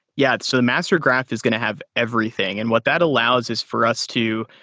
yeah. so the master graph is going to have everything, and what that allows is for us to,